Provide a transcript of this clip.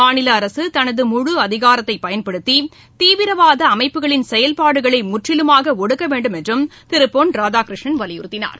மாநிலஅரசுதனது அதிகாரத்தைபயன்படுத்திதீவிரவாதஅமைப்புகளின் முழ செயல்பாடுகளைமுற்றிலுமாகஒடுக்கவேண்டும் என்றும் திருபொன் ராதாகிருஷ்ணன் வலியுறுத்தினார்